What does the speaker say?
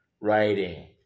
writing